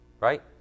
Right